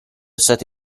stato